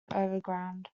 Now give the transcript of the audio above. overground